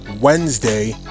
Wednesday